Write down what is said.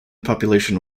population